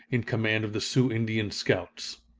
in command of the sioux indian scouts.